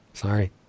Sorry